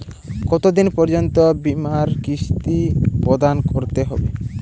কতো দিন পর্যন্ত বিমার কিস্তি প্রদান করতে হবে?